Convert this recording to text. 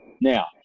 Now